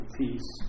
peace